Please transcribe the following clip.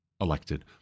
elected